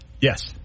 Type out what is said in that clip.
Yes